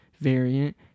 Variant